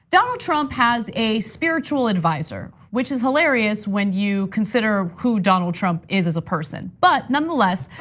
donald trump has a spiritual advisor, which is hilarious when you consider who donald trump is as a person. but nonetheless,